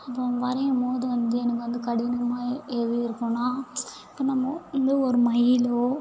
அப்புறம் வரையம்போது வந்து எனக்கு வந்து கடினமாக எது இருக்கும்னா இப்போ நம்ம இதே ஒரு மயில்